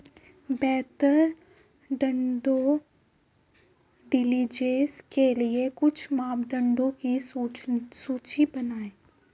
बेहतर due diligence के लिए कुछ मापदंडों की सूची बनाएं?